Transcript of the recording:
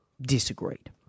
disagreed